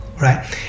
right